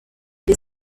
les